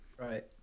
Right